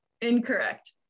Incorrect